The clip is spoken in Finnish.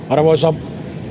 arvoisa